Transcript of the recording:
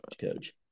coach